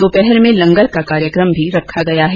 दोपहर में लंगर का कार्यक्रम भी रखा गया है